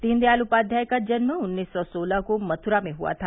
दीनदयाल उपाध्याय का जन्म उन्नीस सौ सोलह को मथुरा में हुआ था